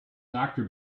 doctor